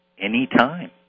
anytime